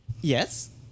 yes